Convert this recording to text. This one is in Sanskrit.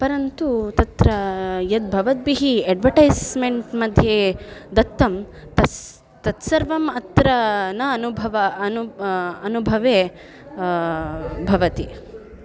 परन्तु तत्र यद्भवद्भिः एड्वटैस्मैण्ट् मध्ये दत्तं तस् तत्सर्वम् अत्र न अनुभव अनुभव अनुभवे भवति